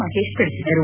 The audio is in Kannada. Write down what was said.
ಮಹೇಶ್ ತಿಳಿಸಿದರು